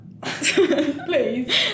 Please